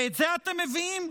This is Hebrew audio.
ואת זה אתם מביאים,